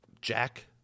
Jack